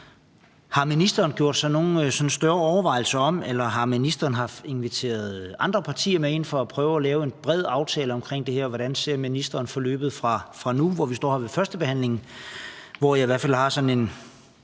har ministeren så gjort sig nogle større overvejelser over det, eller har ministeren inviteret andre partier med ind for at prøve at lave en bred aftale om det her? Hvordan ser ministeren forløbet fra nu, hvor vi står her ved førstebehandlingen? Jeg har i hvert fald sådan en